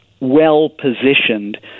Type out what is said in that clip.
well-positioned